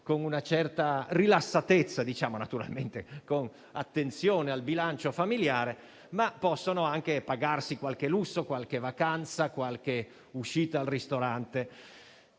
con una certa rilassatezza: naturalmente, con attenzione al bilancio familiare, può anche pagarsi qualche lusso, qualche vacanza e qualche uscita al ristorante.